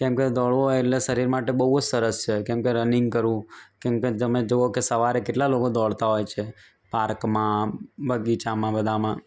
કેમકે દોડો એટલે શરીર માટે બહુ જ સરસ છે કેમકે રનિંગ કરવું કેમકે તમે જુઓ કે સવારે કેટલા લોકો દોડતા હોય છે પાર્કમાં બગીચામાં બધામાં